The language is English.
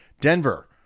Denver